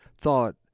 thought